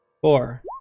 four